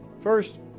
First